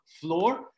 Floor